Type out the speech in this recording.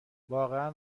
واقعا